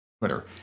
Twitter